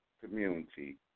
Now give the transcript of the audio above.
community